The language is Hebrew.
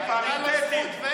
הוא היה אז פריטטי, פריטטי.